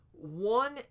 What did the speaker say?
one